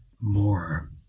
more